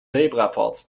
zebrapad